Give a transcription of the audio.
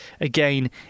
again